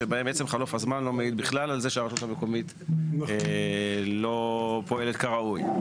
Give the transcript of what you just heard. שבעצם חלוף הזמן לא מעיד בכלל על כך שהרשות המקוימת לא פועלת כראוי.